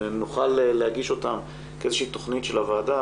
שנוכל להגיש אותם כאיזה שהיא תכנית של הוועדה